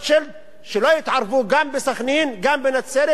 שלא יתערבו גם בסח'נין, גם בנצרת וגם בנגב.